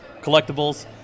collectibles